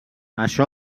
això